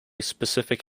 specific